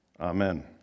Amen